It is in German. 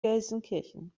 gelsenkirchen